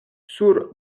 sur